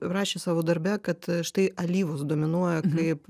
rašė savo darbe kad štai alyvos dominuoja kaip